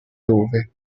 dove